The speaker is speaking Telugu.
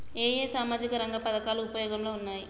ఏ ఏ సామాజిక రంగ పథకాలు ఉపయోగంలో ఉన్నాయి?